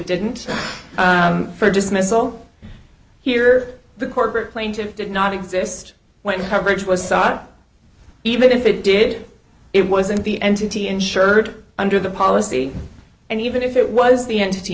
didn't for just missile hear the corporate plaintive did not exist when coverage was sought even if it did it wasn't the entity insured under the policy and even if it was the entity